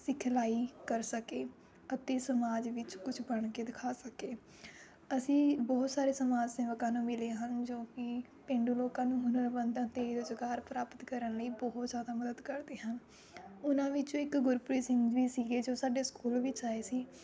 ਸਿਖਲਾਈ ਕਰ ਸਕੇ ਅਤੇ ਸਮਾਜ ਵਿੱਚ ਕੁਝ ਬਣ ਕੇ ਦਿਖਾ ਸਕੇ ਅਸੀਂ ਬਹੁਤ ਸਾਰੇ ਸਮਾਜ ਸੇਵਕਾਂ ਨੂੰ ਮਿਲੇ ਹਨ ਜੋ ਕਿ ਪੇਂਡੂ ਲੋਕਾਂ ਨੂੰ ਹੁਨਰਮੰਦ ਅਤੇ ਰੁਜ਼ਗਾਰ ਪ੍ਰਾਪਤ ਕਰਨ ਲਈ ਬਹੁਤ ਜ਼ਿਆਦਾ ਮਦਦ ਕਰਦੇ ਹਨ ਉਹਨਾਂ ਵਿੱਚੋਂ ਇੱਕ ਗੁਰਪ੍ਰੀਤ ਸਿੰਘ ਜੀ ਸੀਗੇ ਜੋ ਸਾਡੇ ਸਕੂਲ ਵਿੱਚ ਆਏ ਸੀ